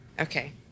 Okay